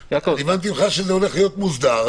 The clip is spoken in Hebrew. הבנתי ממך שזה הולך להיות מוסדר.